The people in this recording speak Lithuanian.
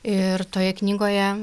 ir toje knygoje